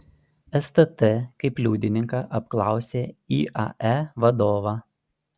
stt kaip liudininką apklausė iae vadovą